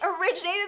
originated